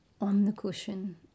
on-the-cushion